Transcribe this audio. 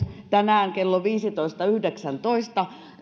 tänään kello viisitoista yhdeksäntoista kokoomus